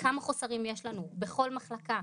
כמה חוסרים יש לנו בכל מחלקה.